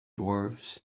dwarves